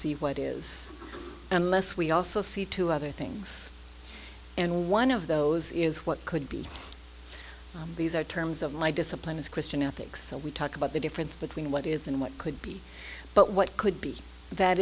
see what is unless we also see two other things and one of those is what could be these are terms of my discipline is christian ethics so we talk about the difference between what is and what could be but what could be that